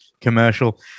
commercial